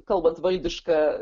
kalbant valdiška